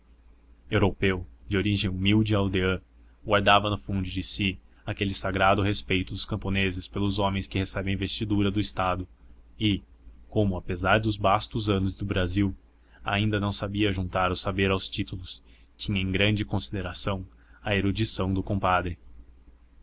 europeu de origem humilde e aldeã guardava no fundo de si aquele sagrado respeito dos camponeses pelos homens que recebem a investidura do estado e como apesar dos bastos anos de brasil ainda não sabia juntar o saber aos títulos tinha em grande consideração a erudição do compadre